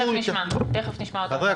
תיכף נשמע אותה.